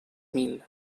mil